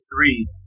three